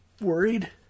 worried